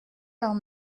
leurs